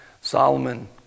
Solomon